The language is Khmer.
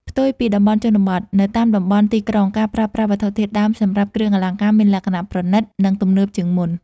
ផ្ទុយពីតំបន់ជនបទ នៅតាមតំបន់ទីក្រុង ការប្រើប្រាស់វត្ថុធាតុដើមសម្រាប់គ្រឿងអលង្ការមានលក្ខណៈប្រណិត និងទំនើបជាងមុន។